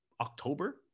October